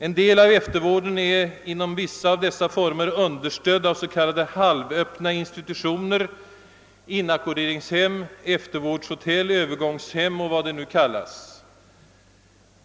En del av eftervården är inom vissa av dessa former understödd av s.k. halvöppna institutioner: inackorderingshem, eftervårdshotell, övergångshem och vad de nu kallas.